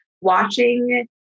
Watching